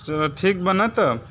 चलो ठीक बनाते हो